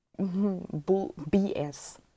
BS